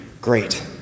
great